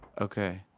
okay